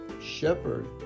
shepherd